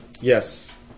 Yes